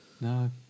no